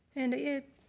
and it,